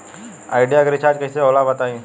Idea के recharge कइसे होला बताई?